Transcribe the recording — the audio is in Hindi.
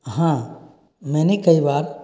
हाँ मैंने कई बार